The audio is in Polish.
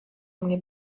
mnie